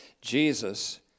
Jesus